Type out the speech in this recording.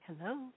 Hello